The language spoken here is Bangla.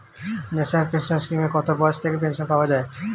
ন্যাশনাল পেনশন স্কিমে কত বয়স থেকে পেনশন পাওয়া যায়?